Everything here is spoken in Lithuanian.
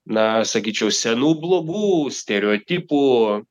na sakyčiau senų blogų stereotipų